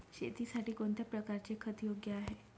शेतीसाठी कोणत्या प्रकारचे खत योग्य आहे?